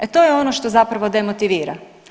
E to je ono što zapravo demotivira.